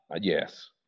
yes